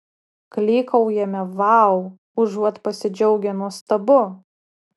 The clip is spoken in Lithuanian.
klykaujame vau užuot pasidžiaugę nuostabu